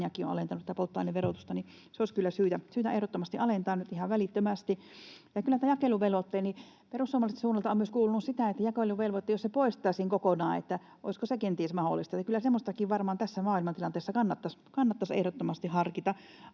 ja se olisi kyllä syytä ehdottomasti alentaa nyt ihan välittömästi. Perussuomalaisten suunnalta on myös kuulunut sitä, että mitä jos jakeluvelvoite poistettaisiin kokonaan, olisiko se kenties mahdollista. Kyllä semmoistakin varmaan tässä maailmantilanteessa kannattaisi ehdottomasti harkita.